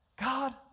God